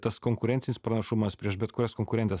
tas konkurencinis pranašumas prieš bet kurias konkurentes